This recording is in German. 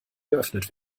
geöffnet